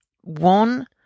One